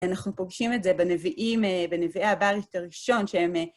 אנחנו פוגשים את זה בנביאים, בנביאי הבית הראשון שהם...